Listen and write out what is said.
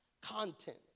content